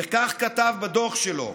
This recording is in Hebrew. וכך כתב בדוח שלו: